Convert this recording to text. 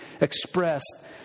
expressed